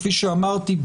כפי שאמרתי,